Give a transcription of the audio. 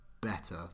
better